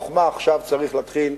עכשיו צריך להתחיל,